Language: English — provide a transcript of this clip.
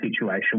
situation